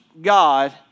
God